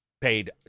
Paid